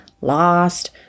lost